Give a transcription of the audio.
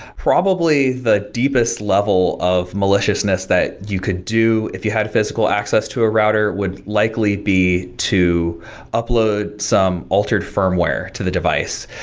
probably the deepest level of maliciousness that you could do if you had physical access to a router would likely be to upload some altered firmware to the device.